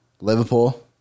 Liverpool